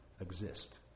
exist